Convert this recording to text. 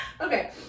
Okay